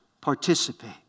participate